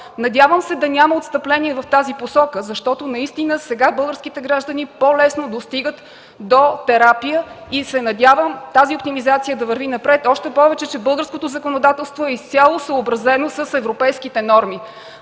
Надявам се да няма отстъпление в тази посока, защото сега българските граждани по-лесно достигат до терапия. Надявам се тази оптимизация да върви напред, още повече, че българското законодателство изцяло е съобразено с европейските норми.